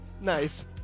Nice